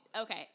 Okay